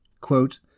quote